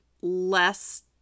less